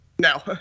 No